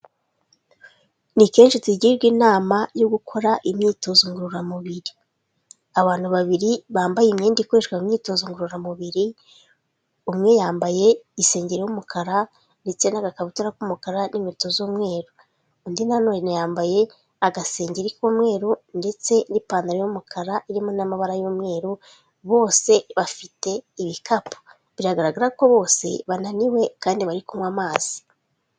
Ni kenshi tugirwa inama yo gukora imyitozo ngororamubiri. Abantu babiri bambaye imyenda ikoreshwa mu myitozo ngororamubiri, umwe yambaye isengeri y'umukara ndetse n'aragakabutura k'umukara n'inkweto z'umweru, undi na none yambaye agasengeri k'umweru ndetse n'ipantaro y'umukara irimo n'amabara y'umweru, bose bafite ibikapu biragaragara ko bose bananiwe, kandi bari kunywa amazi.